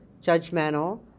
judgmental